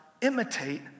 imitate